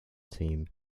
team